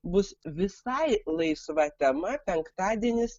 bus visai laisva tema penktadienis